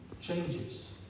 changes